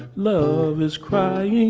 love is crying